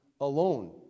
alone